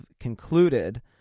concluded